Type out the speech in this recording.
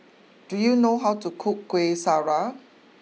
do you know how to cook Kueh Syara